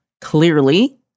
clearly